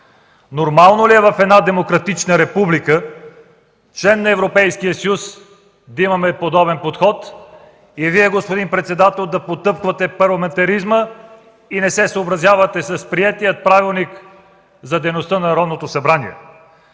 Нормално ли е в една демократична република, член на Европейския съюз, да имаме подобен подход и Вие, господин председател, да потъпквате парламентаризма и да не се съобразявате с приетия Правилник за дейността на Народното събрание?